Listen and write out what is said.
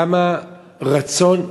כמה רצון,